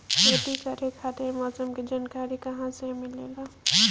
खेती करे खातिर मौसम के जानकारी कहाँसे मिलेला?